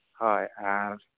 ᱦᱳᱭ ᱟᱨ